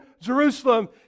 Jerusalem